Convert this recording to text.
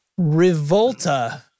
Revolta